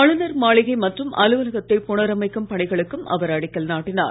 ஆளுனர் மாளிகை மற்றும் அலுவலகத்தை புனரமைக்கும் பணிகளுக்கும் அவர் அடிக்கல் நாட்டினார்